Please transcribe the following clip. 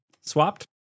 Swapped